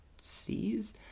sees